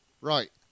Right